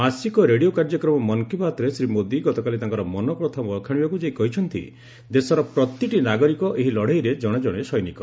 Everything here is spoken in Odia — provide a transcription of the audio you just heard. ମାସିକ ରେଡ଼ିଓ କାର୍ଯ୍ୟକ୍ରମ ମନ୍ କୀ ବାତ୍ରେ ଶ୍ରୀ ମୋଦି ଗତକାଲି ତାଙ୍କର ମନ କଥା ବଖାଣିବାକୁ ଯାଇ କହିଛନ୍ତି ଦେଶର ପ୍ରତିଟି ନାଗରିକ ଏହି ଲଢ଼େଇରେ ଜଣେ ଜଣେ ସୈନିକ